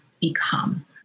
become